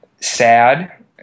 sad